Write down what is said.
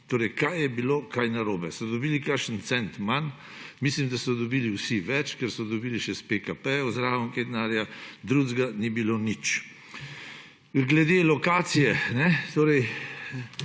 Torej, kaj je bilo kaj narobe? Ste dobili kakšen cent manj? Mislim, da so dobili vsi več, ker so dobili še iz PKP-jev zraven kaj denarja, drugega ni bilo nič. Glede lokacije. Mislim,